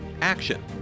action